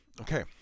Okay